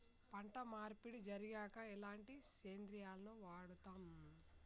పంట మార్పిడి జరిగాక ఎలాంటి సేంద్రియాలను వాడుతం?